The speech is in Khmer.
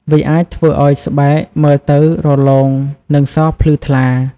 វាអាចធ្វើឱ្យស្បែកមើលទៅរលោងនិងសភ្លឺថ្លា។